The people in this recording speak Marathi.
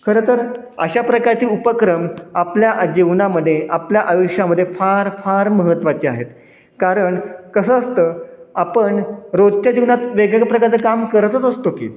खरं तर अशा प्रकारचे उपक्रम आपल्या जीवनामध्ये आपल्या आयुष्यामध्ये फार फार महत्त्वाचे आहेत कारण कसं असतं आपण रोजच्या जीवनात वेगवेगळ्या प्रकारचं काम करतच असतो की